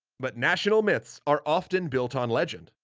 but national myths are often built on legend,